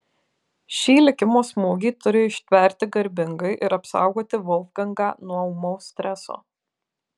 šį likimo smūgį turi ištverti garbingai ir apsaugoti volfgangą nuo ūmaus streso